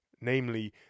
namely